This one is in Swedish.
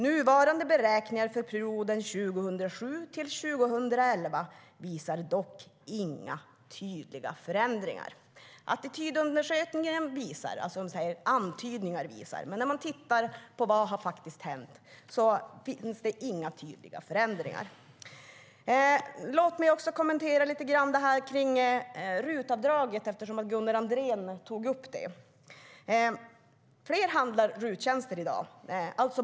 "Nuvarande beräkningar för perioden 2007-2011 visar dock inga tydliga förändringar." Attitydundersökningen visar alltså antydningar, men när man tittar på vad som faktiskt har hänt ser man att det inte finns några tydliga förändringar. Låt mig också kommentera RUT-avdraget lite grann eftersom Gunnar Andrén tog upp det. Fler köper RUT-tjänster i dag.